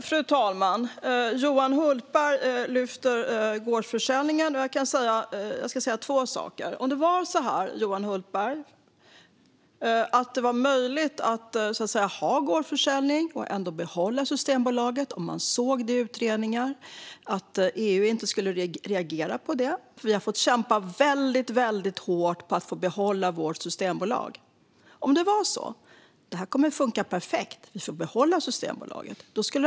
Fru talman! Johan Hultberg lyfter fram gårdsförsäljningen, och jag ska säga två saker. Om det var möjligt att ha gårdsförsäljning och ändå behålla Systembolaget, som vi har kämpat väldigt hårt för att få behålla - om man såg det i utredningar, om EU inte skulle reagera på det och om det skulle funka perfekt - skulle detta inte vara någon issue.